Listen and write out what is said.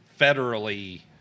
federally